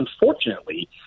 unfortunately